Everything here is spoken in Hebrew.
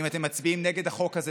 אם אתם מצביעים נגד החוק הזה,